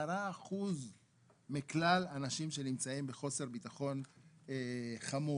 10% מכלל האנשים שנמצאים בחוסר ביטחון חמור.